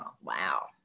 Wow